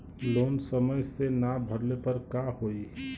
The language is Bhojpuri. लोन समय से ना भरले पर का होयी?